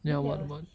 ya what what